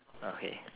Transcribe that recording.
okay